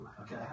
Okay